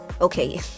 okay